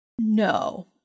no